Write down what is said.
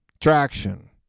traction